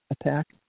attack